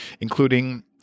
including